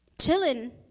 chilling